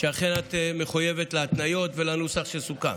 שאכן את מחויבת להתניות ולנוסח שסוכם.